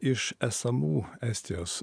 iš esamų estijos